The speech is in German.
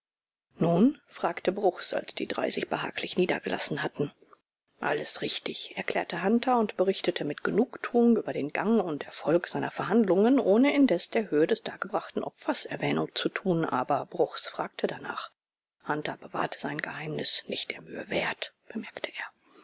nun fragte bruchs als die drei sich behaglich niedergelassen hatten alles richtig erklärte hunter und berichtete mit genugtuung über den gang und erfolg seiner verhandlungen ohne indes der höhe des dargebrachten opfers erwähnung zu tun aber bruchs fragte danach hunter bewahrte sein geheimnis nicht der mühe wert bemerkte er